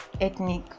Ethnic